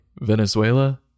Venezuela